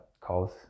calls